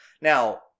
Now